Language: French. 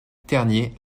tergnier